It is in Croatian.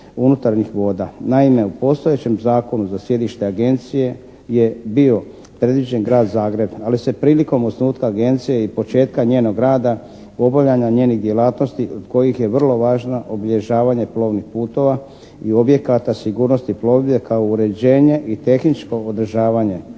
Naime u postojećem Zakonu za sjedište agencije je bio predviđen grad Zagreb, ali se prilikom osnutka agencije i početka njenog rada, obavljanja njenih djelatnosti kojih je vrlo važna obilježavanje plovnih putova i objekata, sigurnosti plovidbe kao uređenje i tehničko održavanje